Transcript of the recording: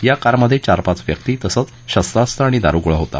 या कारमध्ये चार पाच व्यक्ती तसंच शस्त्रास्त्र आणि दारुगोळा होता